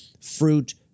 fruit